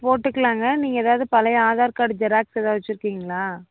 போட்டுக்கலாங்க நீங்கள் ஏதாவது பழைய ஆதார் கார்ட் ஜெராக்ஸு ஏதாவது வச்சுருக்கீங்களா